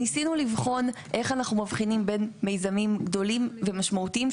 ניסינו לבחון איך אנחנו מבחינים בין מיזמים גדולים ומשמעותיים,